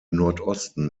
nordosten